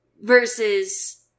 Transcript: versus